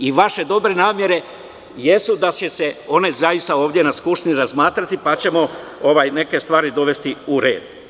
I vaše dobre namere jesu da će se one zaista ovde na Skupštini razmatrati, pa ćemo neke stvari dovesti u red.